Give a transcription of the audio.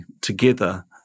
together